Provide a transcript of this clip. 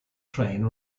train